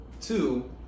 two